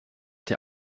der